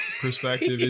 perspective